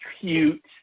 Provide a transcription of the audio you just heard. Cute